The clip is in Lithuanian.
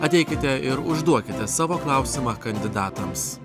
ateikite ir užduokite savo klausimą kandidatams